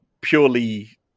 purely